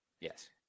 Yes